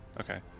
Okay